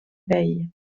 veille